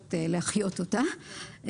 מבקשת להחיות אותה.